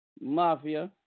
Mafia